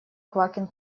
квакин